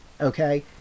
Okay